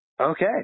Okay